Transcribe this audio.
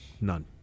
None